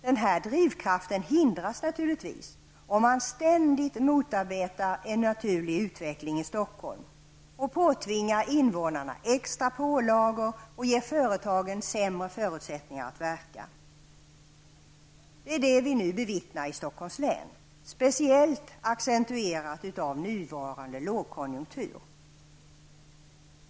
Den här drivkraften hindras naturligtvis om man ständigt motarbetar en naturlig utveckling i Stockholm, påtvingar invånarna här extra pålagor och ger företagen sämre förutsättningar att verka. Det är det vi nu bevittnar i Stockholms län -- speciellt accentuerat av nuvarande lågkonjunktur.